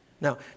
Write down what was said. Now